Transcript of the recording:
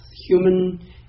human